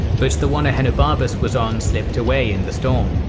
but the one ahenobarbus was on slipped away in the storm.